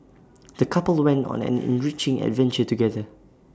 the couple went on an enriching adventure together